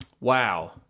Wow